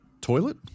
toilet